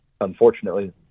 unfortunately